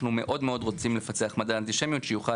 מאוד מאוד רוצים לפצח מדד אנטישמיות שיוכל